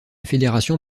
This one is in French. fédération